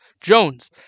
Jones